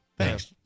Thanks